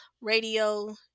radio